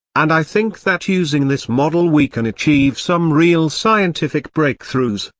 and i think that using this model we can achieve some real scientific breakthroughs,